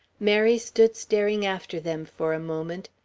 mary stood staring after them for a moment,